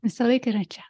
visąlaik yra čia